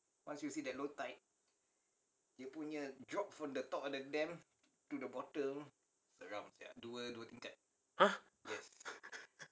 !huh!